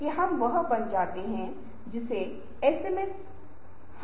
यदि यह नहीं है तो मुझे क्या बदलने की जरूरत है